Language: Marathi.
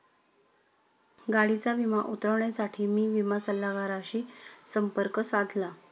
गाडीचा विमा उतरवण्यासाठी मी विमा सल्लागाराशी संपर्क साधला